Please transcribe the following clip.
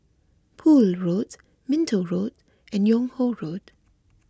Poole Road Minto Road and Yung Ho Road